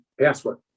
password